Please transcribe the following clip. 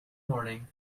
morning